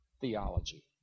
theology